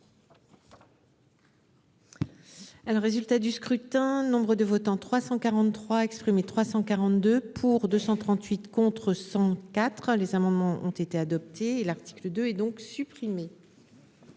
résultat du scrutin. Nombre de votants, 343 342 pour 238 contre 104. Les amendements ont été adoptés et l'article 2 et donc supprimée.